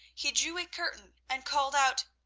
he drew a curtain and called out,